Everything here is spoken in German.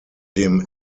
dem